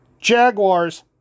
Jaguars